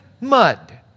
mud